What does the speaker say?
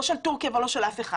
לא של תורכיה ולא של אף אחד.